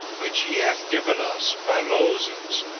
which he hath given us by moses,